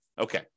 Okay